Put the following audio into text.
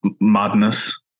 madness